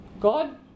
God